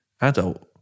adult